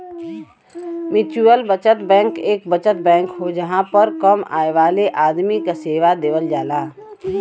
mutual बचत bank एक बचत बैंक हो जहां पर कम आय वाले आदमी के सेवा देवल जाला